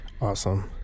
Awesome